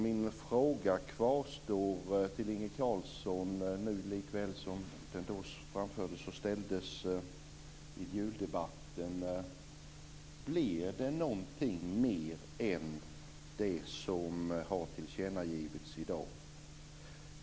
Min fråga till Inge Carlsson kvarstår som den framfördes och ställdes vid juldebatten: Blir det någonting mer än det som har tillkännagivits i dag?